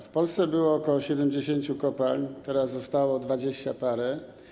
W Polsce było ok. 70 kopalń, teraz zostało dwadzieścia parę.